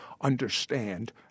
understand